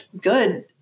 good